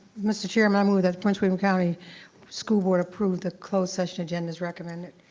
mr. chairman, i move that the prince william county school board approve the closed session agenda is recommended.